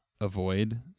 avoid